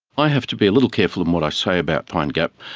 i have to be a little careful in what i say about pine gap.